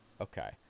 Okay